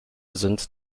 sind